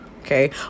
okay